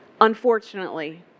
unfortunately